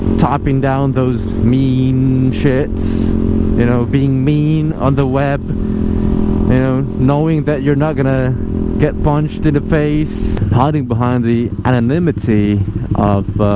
typing down those mean shits you know being mean on the web you know knowing that you're not gonna get punched in the face hiding behind the anonymity of